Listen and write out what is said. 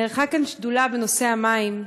נערכה כאן ישיבת שדולה בנושא המים,